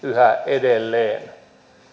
edelleen